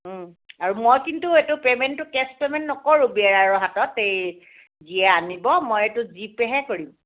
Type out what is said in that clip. আৰু মই কিন্তু এইটো পে'মেণ্টটো কেছ পে'মেণ্ট নকৰো বিয়েৰাৰৰ হাতত এই যিয়ে আনিব মই এইটো জিপেহে কৰিম